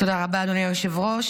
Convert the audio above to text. תודה רבה, אדוני היושב-ראש.